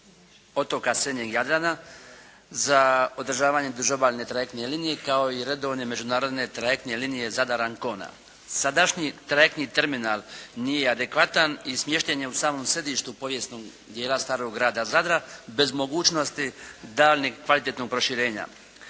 otoka srednjeg Jadrana, za održavanje duž obalne trajektne linije kao i redovne međunarodne trajektne linije Zadar – Ancona. Sadašnji trajektni terminal nije adekvatan i smješten je u samom središtu povijesnog dijela starog grada Zadra bez mogućnosti daljnjeg kvalitetnog proširenja.